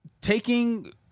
taking